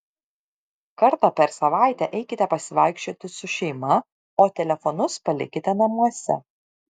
kartą per savaitę eikite pasivaikščioti su šeima o telefonus palikite namuose